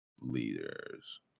leaders